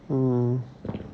mm